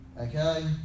Okay